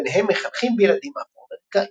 ביניהם מחנכים וילדים אפרו-אמריקאים.